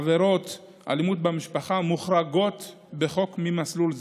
עבירות אלימות במשפחה מוחרגות בחוק ממסלול זה.